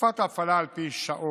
החלפת ההפעלה על פי שעון